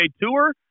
tour